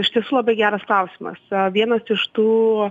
iš tiesų labai geras klausimas vienas iš tų